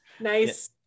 nice